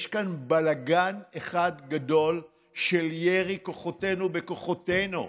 יש כאן בלגן גדול של ירי כוחותינו בכוחותינו.